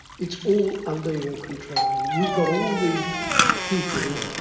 it's all under your control. you've got all the people,